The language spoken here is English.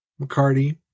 McCarty